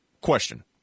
Question